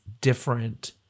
different